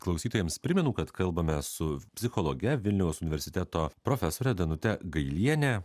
klausytojams primenu kad kalbame su psichologe vilniaus universiteto profesore danute gailiene